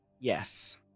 Yes